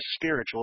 spiritual